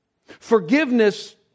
Forgiveness